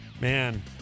Man